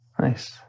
Nice